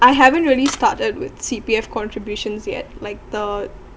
I haven't really started with C_P_F contributions yet like the